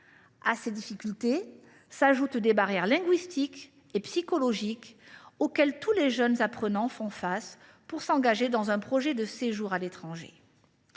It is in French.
À ces difficultés s’ajoutent des barrières linguistiques et psychologiques auxquelles tous les jeunes apprenants font face pour s’engager dans un projet de séjour à l’étranger.